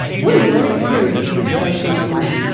what are your experiences of social memory?